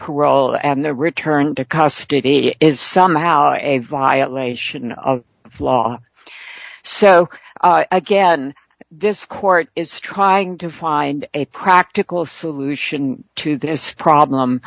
parole and the return to custody is somehow a violation of law so again this court is trying to find a practical solution to this problem